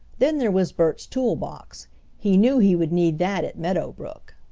then there was bert's tool box he knew he would need that at meadow brook.